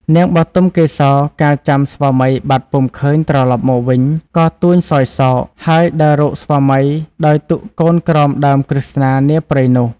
នាងបទុមកេសរកាលចាំស្វាមីបាត់ពុំឃើញត្រឡប់មកវិញ ក៏ទួញសោយសោក ហើយដើររកស្វាមីដោយទុកកូនក្រោមដើមក្រឹស្នានាព្រៃនោះ។